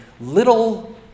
little